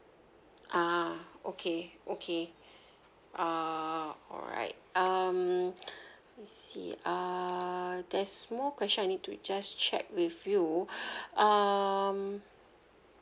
ah okay okay uh alright um I see uh there's more question I need to just check with you um